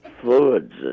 Fluids